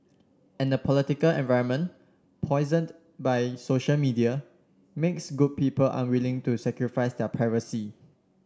and the political environment poisoned by social media makes good people unwilling to sacrifice their privacy